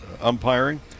umpiring